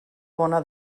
bona